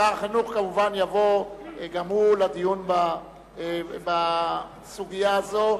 שר החינוך כמובן יבוא גם הוא לדיון בסוגיה הזאת,